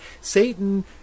Satan